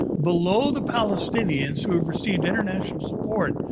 below the palestinians, who have received international support,